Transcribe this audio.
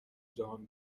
جهان